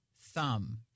thumb